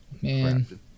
Man